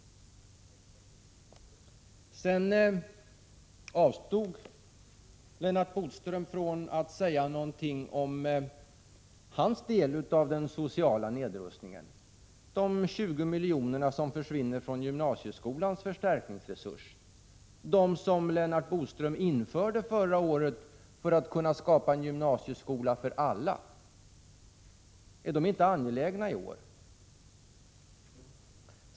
Sedan avstod Lennart Bodström från att säga något om sin del i den sociala nedrustningen och de 20 miljonerna som försvinner från gymnasieskolans förstärkningsresurs, de som Lennart Bodström införde förra året för att kunna skapa en gymnasieskola för alla. Är de inte angelägna i år?